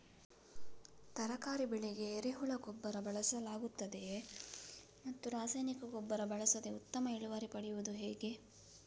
ತರಕಾರಿ ಬೆಳೆಗೆ ಎರೆಹುಳ ಗೊಬ್ಬರ ಬಳಸಲಾಗುತ್ತದೆಯೇ ಮತ್ತು ರಾಸಾಯನಿಕ ಗೊಬ್ಬರ ಬಳಸದೆ ಉತ್ತಮ ಇಳುವರಿ ಪಡೆಯುವುದು ಹೇಗೆ?